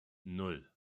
nan